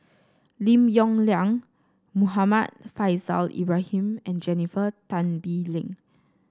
Lim Yong Liang Muhammad Faishal Ibrahim and Jennifer Tan Bee Leng